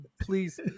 please